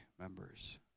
members